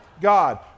God